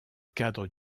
cadre